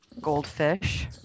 Goldfish